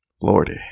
Lordy